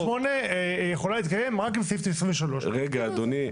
פשוט החליטו שתמ"א 38 יכולה להתקיים רק עם סעיף 23. רגע אדוני.